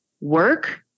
work